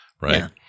Right